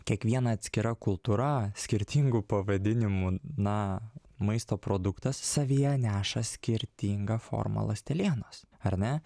kiekviena atskira kultūra skirtingų pavadinimų na maisto produktas savyje neša skirtingą formą ląstelienos ar ne